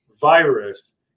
virus